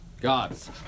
God's